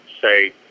say